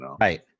Right